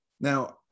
Now